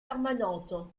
permanentes